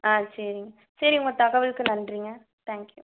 ஆ சரிங்க சரி உங்கள் தகவலுக்கு நன்றிங்க தேங்க்கியூ